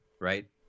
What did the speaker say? right